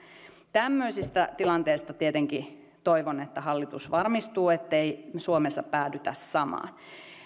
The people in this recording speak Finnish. tämmöisistä tilanteista tietenkin toivon että hallitus varmistuu ettei suomessa päädytä samaan